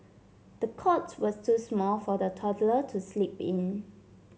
the cot was too small for the toddler to sleep in